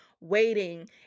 waiting